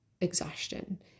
exhaustion